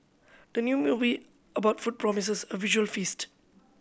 the new movie about food promises a visual feast